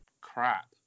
crap